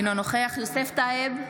אינו נוכח יוסף טייב,